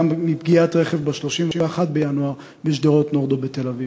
מפגיעת רכב ב-31 בינואר בשדרות-נורדאו בתל-אביב.